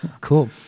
Cool